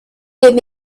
gave